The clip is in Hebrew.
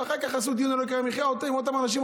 ואחר כך קיימו דיון על יוקר המחיה עם אותם אנשים,